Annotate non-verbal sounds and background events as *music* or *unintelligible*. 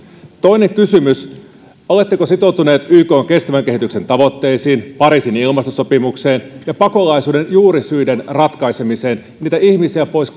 toinen kysymys oletteko sitoutuneet ykn kestävän kehityksen tavoitteisiin pariisin ilmastosopimukseen ja pakolaisuuden juurisyiden ratkaisemiseen niitä ihmisiä pois *unintelligible*